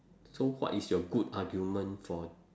so what is your good argument for